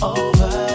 over